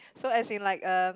so as in like uh